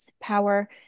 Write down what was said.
power